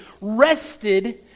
rested